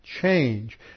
change